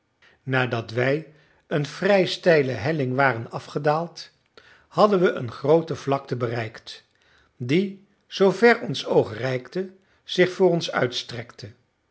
nadat wij een vrij steile helling waren afgedaald hadden we een groote vlakte bereikt die zoover ons oog reikte zich voor ons uitstrekte